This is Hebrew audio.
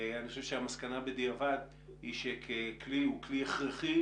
אני חושב שהמסקנה בדיעבד היא שהכלי הוא כלי הכרחי,